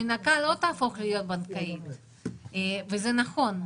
מנקה לא תהפוך להיות בנקאית וזה נכון.